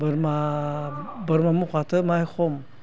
बोरमा बोरमा मोखौआथ' माय खम